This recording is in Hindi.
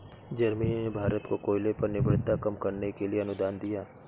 जर्मनी ने भारत को कोयले पर निर्भरता कम करने के लिए अनुदान दिया